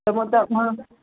तर मग तर मग